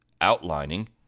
outlining